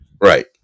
Right